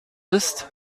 ist